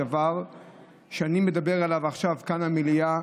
וזה דבר שאני מדבר עליו כאן במליאה,